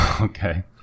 Okay